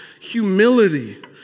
humility